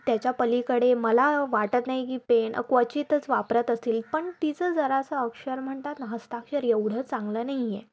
त्याच्यापलीकडे मला वाटत नाही की पेन क्वचितच वापरत असतील पण तिचं जरासं अक्षर म्हणतात ना हस्ताक्षर एवढं चांगलं नाही आहे